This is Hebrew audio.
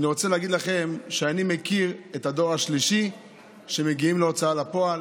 ואני רוצה להגיד לכם שאני מכיר את הדור השלישי שמגיעים להוצאה לפועל.